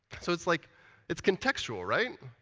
so it's like it's contextual, right?